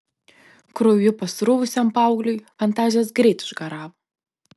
krauju pasruvusiam paaugliui fantazijos greit išgaravo